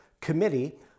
Committee